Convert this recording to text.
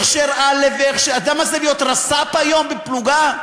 הכשר א' אתה יודע מה זה להיות רס"פ היום, בפלוגה?